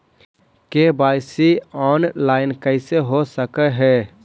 KYC online कैसे हो सक है?